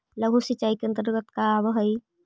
लघु सिंचाई के अंतर्गत का आव हइ?